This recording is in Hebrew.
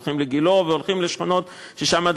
הם הולכים לגילה והולכים לשכונות שעד